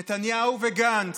נתניהו וגנץ,